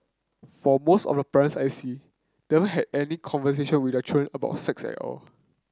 for most of the parents I see they had any conversation with their children about sex at all